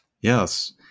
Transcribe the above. Yes